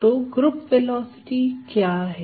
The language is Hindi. तो ग्रुप वेलोसिटी क्या है